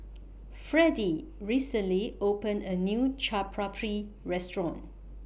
Fredie recently opened A New Chaat Papri Restaurant